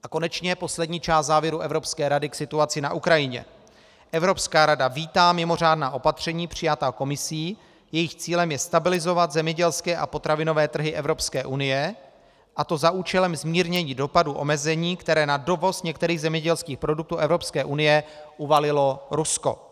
A konečně poslední část závěru Evropské rady k situaci na Ukrajině: Evropská rada vítá mimořádná opatření přijatá Komisí, jejichž cílem je stabilizovat zemědělské a potravinové trhy Evropské unie, a to za účelem zmírnění dopadů omezení, která na dovoz některých zemědělských produktů Evropské unie uvalilo Rusko.